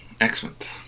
Excellent